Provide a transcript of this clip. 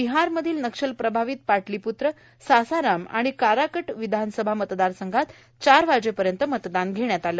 बिहारमधील नक्षलप्रभावीत पाटलीपूत्र सासाराम आणि काराकट विधानसभा मतदार संघात चार वाजेपर्यंत मतदान घेण्यात आल